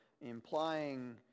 implying